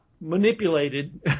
manipulated